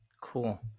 Cool